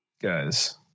guys